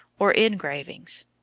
or engravings.